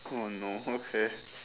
oh no okay